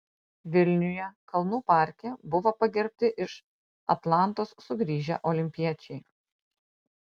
vilniuje kalnų parke buvo pagerbti iš atlantos sugrįžę olimpiečiai